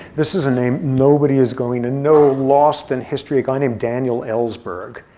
this is a name nobody is going to know, lost in history, a guy named daniel ellsberg.